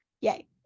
Yay